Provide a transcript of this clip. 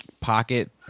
pocket